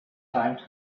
climbed